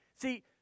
See